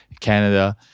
canada